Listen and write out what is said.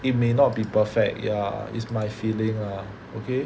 it may not be perfect ya it's my feeling lah okay